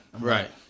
Right